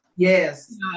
Yes